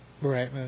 Right